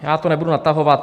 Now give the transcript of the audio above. Já to nebudu natahovat.